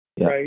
Right